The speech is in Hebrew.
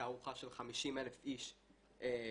מתערוכה של 50,000 איש מגרמניה.